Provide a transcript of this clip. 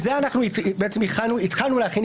זכות דיבור.